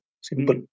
Simple